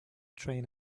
train